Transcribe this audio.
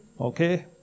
Okay